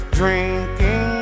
drinking